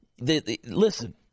Listen